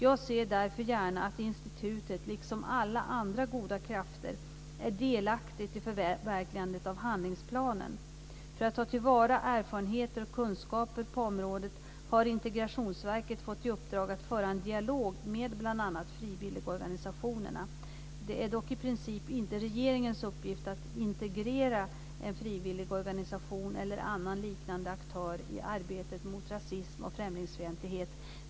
Jag ser därför gärna att institutet, liksom alla andra goda krafter, är delaktigt i förverkligandet av handlingsplanen. För att ta till vara erfarenheter och kunskaper på området har Integrationsverket fått i uppdrag att föra en dialog med bl.a. frivilligorganisationerna. Det är dock i princip inte regeringens uppgift att "integrera" en frivilligorganisation eller annan liknande aktör i arbetet mot rasism och främlingsfientlighet.